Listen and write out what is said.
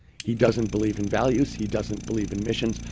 he doesn't believe in values. he doesn't believe in missions.